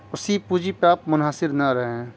اسی پونجی پہ آپ منحصر نہ رہیں